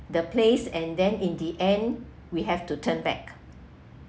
the place and then in the end we have to turn back